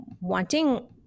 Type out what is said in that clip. wanting